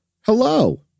Hello